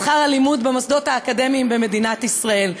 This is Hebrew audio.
שכר הלימוד במוסדות האקדמיים במדינת ישראל.